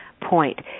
point